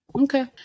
Okay